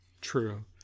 true